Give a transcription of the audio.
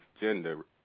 gender